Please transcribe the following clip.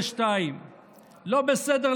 הורה 2. לא בסדר,